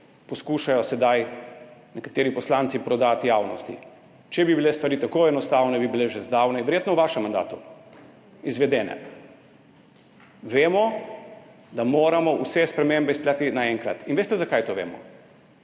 poskušajo sedaj nekateri poslanci prodati javnosti. Če bi bile stvari tako enostavne, bi bile že zdavnaj, verjetno v vašem mandatu, izvedene. Vemo, da moramo vse spremembe izpeljati naenkrat. In veste, zakaj to vemo?